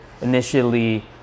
initially